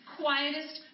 quietest